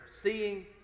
seeing